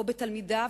או בתלמידה,